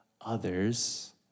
others